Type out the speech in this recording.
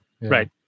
Right